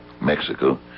Mexico